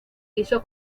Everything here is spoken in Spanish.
hizo